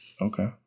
Okay